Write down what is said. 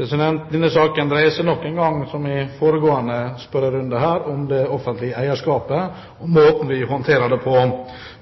Denne saken dreier seg nok en gang, som i foregående spørrerunde, om det offentlige eierskapet og måten vi håndterer det på.